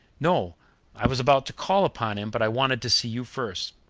no i was about to call upon him, but i wanted to see you first.